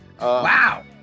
Wow